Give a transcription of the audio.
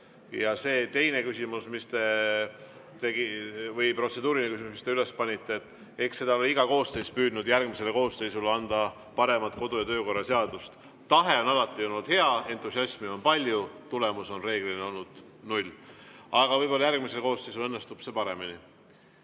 Ja see teine küsimus või protseduuriline küsimus, mis te üles panite – eks ole iga koosseis püüdnud järgmisele koosseisule anda paremat kodu- ja töökorra seadust. Tahe on alati olnud hea, entusiasmi on palju, tulemus on reeglina olnud null. Aga võib-olla järgmisel koosseisul õnnestub see paremini. Henn